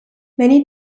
many